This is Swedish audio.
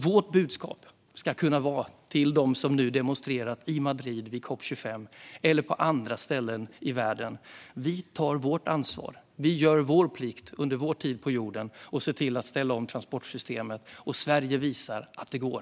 Vårt budskap till dem som nu demonstrerat i Madrid, vid COP 25, eller på andra ställen i världen, är att vi tar vårt ansvar, att vi gör vår plikt under vår tid på jorden och att vi ser till att ställa om transportsystemen. Sverige visar att det går.